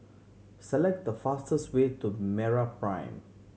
select the fastest way to MeraPrime